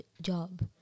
job